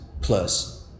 plus